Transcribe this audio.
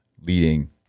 Leading